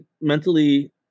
mentally